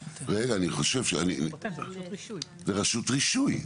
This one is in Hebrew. ורשות רישוי,